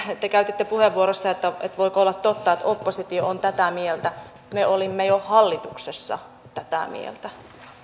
te käytitte puheenvuorossa ilmaisua että voiko olla totta että oppositio on tätä mieltä me olimme jo hallituksessa tätä mieltä